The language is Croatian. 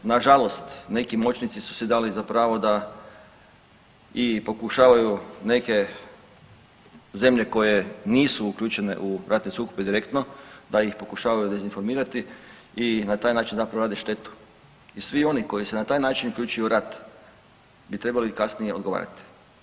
Nažalost neki moćnici su si dali za pravo da i pokušavaju neke zemlje koje nisu uključene u ratne sukobe direktno, da ih pokušavaju dezinformirati i na taj način zapravo rade štetu i svi oni koji se na taj način uključuju u rat bi trebali kasnije odgovarati.